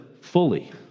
fully